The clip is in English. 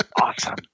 Awesome